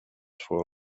for